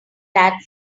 that